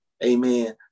Amen